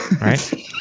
right